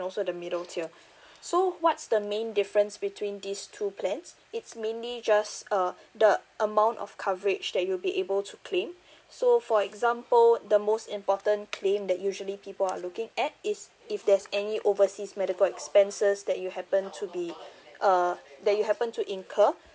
also the middle tier so what's the main difference between these two plans it's mainly just uh the amount of coverage that you'll be able to claim so for example the most important claim that usually people are looking at is if there's any overseas medical expenses that you happen to be uh that you happen to incur